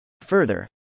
Further